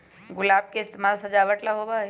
गुलाब के इस्तेमाल सजावट ला होबा हई